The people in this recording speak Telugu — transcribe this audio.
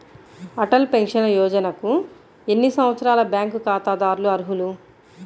అటల్ పెన్షన్ యోజనకు ఎన్ని సంవత్సరాల బ్యాంక్ ఖాతాదారులు అర్హులు?